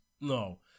No